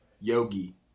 Yogi